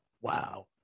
Wow